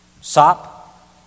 Sop